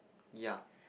ya